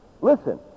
Listen